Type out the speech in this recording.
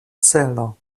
celo